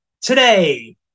Today